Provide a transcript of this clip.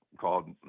called